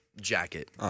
jacket